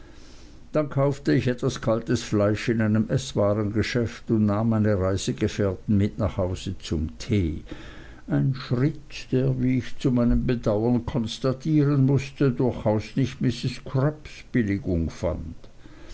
dann kaufte ich etwas kaltes fleisch in einem eßwarengeschäft und nahm meine reisegefährten mit nach haus zum tee ein schritt der wie ich zu meinem bedauern konstatieren mußte durchaus nicht mrs crupps billigung fand